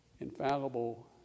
infallible